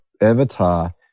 Avatar